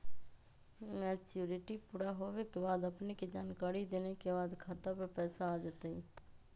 Maturity पुरा होवे के बाद अपने के जानकारी देने के बाद खाता पर पैसा आ जतई?